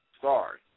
Sorry